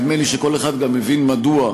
ונדמה לי שכל אחד גם מבין מדוע,